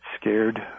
scared